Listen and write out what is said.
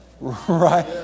right